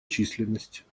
численность